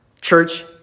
church